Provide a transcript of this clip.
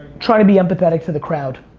try to be empathetic to the crowd,